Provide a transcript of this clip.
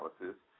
analysis